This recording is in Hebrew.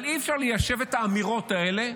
אבל אי-אפשר ליישב את האמירות האלה,